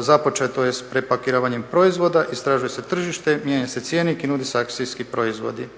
Započeto je s prepakiravanjem proizvoda, istražuje se tržište, mijenja se cjenik i nude se akcijski proizvodi.